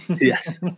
Yes